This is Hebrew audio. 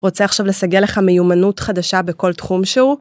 רוצה עכשיו לסגל לך מיומנות חדשה בכל תחום שהוא?